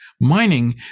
mining